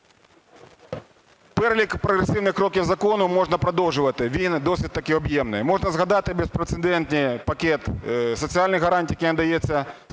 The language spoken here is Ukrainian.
Перелік прогресивних кроків закону можна продовжувати, він досить-таки об'ємний. Можна згадати безпрецедентний пакет соціальних гарантій, який надається співробітникам